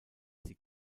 sie